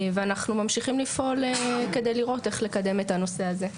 ואנחנו ממשיכים לפעול כדי לראות איך לקדם את הנושא הזה.